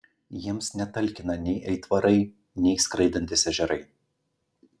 jiems netalkina nei aitvarai nei skraidantys ežerai